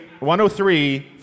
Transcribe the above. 103